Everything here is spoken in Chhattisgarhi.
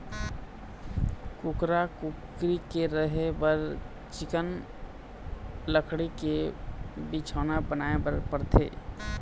कुकरा, कुकरी के रहें बर चिक्कन लकड़ी के बिछौना बनाए बर परथे